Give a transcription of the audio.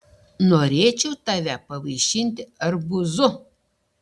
norėčiau tave pavaišinti arbūzu